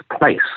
Place